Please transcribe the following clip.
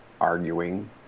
arguing